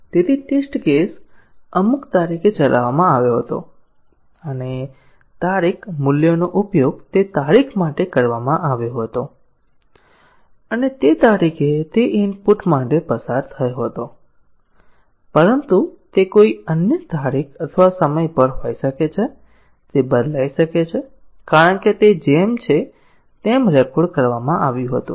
તેથી test case અમુક તારીખે ચલાવવામાં આવ્યો હતો અને તારીખ મૂલ્યનો ઉપયોગ તે તારીખ માટે કરવામાં આવ્યો હતો અને તે તે તારીખે તે ઇનપુટ મૂલ્ય માટે પસાર થયો હતો પરંતુ તે કોઈ અન્ય તારીખ અથવા સમય પર હોઈ શકે છે તે બદલાઈ શકે છે કારણ કે તે જેમ છે તેમ રેકોર્ડ કરવામાં આવ્યું હતું